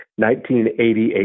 1988